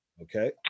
Okay